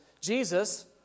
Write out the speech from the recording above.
Jesus